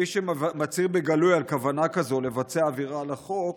מי שמצהיר בגלוי על כוונה כזו לבצע עבירה על החוק,